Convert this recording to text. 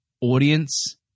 audience